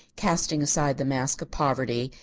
casting aside the mask of poverty,